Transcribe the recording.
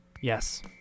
Yes